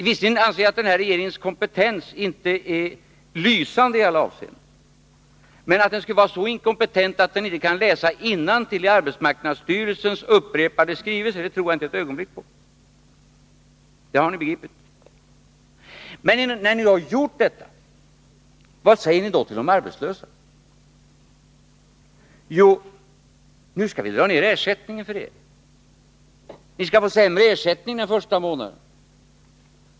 Visserligen anser jag att den nuvarande regeringens kompetens inte är lysande i alla avseenden, men att regeringen skulle vara så inkompetent att den inte kan läsa innantill i arbetsmarknadsstyrelsens upprepade skrivelser tror jag inte ett ögonblick på. Dem har ni begripit. När ni nu har skapat denna situation, vad säger ni då till de arbetslösa? Jo, nu skall vi dra ner ersättningen till er. Ni skall få sämre ersättning den första månaden.